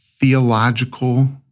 Theological